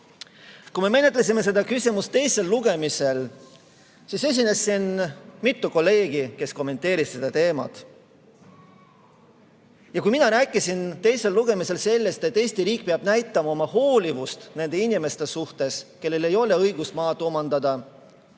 Kui me menetlesime seda küsimust teisel lugemisel, siis esinesid siin mitu kolleegi, kes kommenteerisid seda teemat. Kui mina rääkisin teisel lugemisel sellest, et Eesti riik peab näitama oma hoolivust nende inimeste suhtes, kellel ei ole õigust maad omandada,